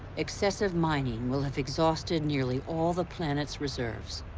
excessive mining will have exhausted nearly all the planet's reserves.